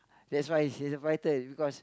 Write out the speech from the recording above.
that's why he's in the fighter is because